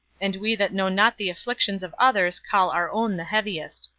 and we that know not the afflictions of others call our own the heaviest.